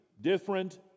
different